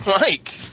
Mike